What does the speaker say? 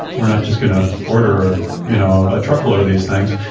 we're not just going to order a you know ah truckload of these things.